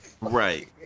Right